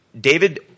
David